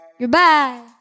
Goodbye